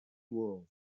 world